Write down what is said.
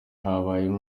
habayeho